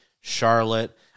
Charlotte